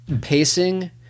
pacing